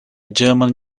german